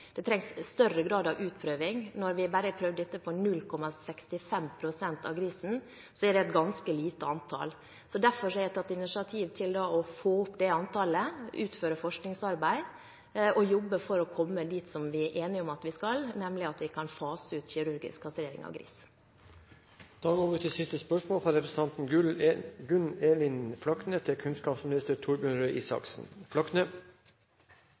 det trengs større grad av utprøving. Når vi bare har prøvd dette på 0,65 pst. av grisene, er det et ganske lite antall. Derfor har jeg tatt initiativ til å få opp antallet og utføre forskningsarbeid og jobbe for å komme dit som vi er enige om at vi skal, nemlig at vi kan fase ut kirurgisk kastrering av gris. «Regjeringen foreslår å kutte 22,7 mill. kroner i bevilgningene til folkehøgskolene for 2015, som de sier skal tas fra